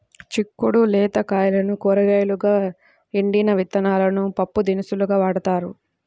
చిక్కుడు లేత కాయలను కూరగాయలుగా, ఎండిన విత్తనాలను పప్పుదినుసులుగా వాడతారు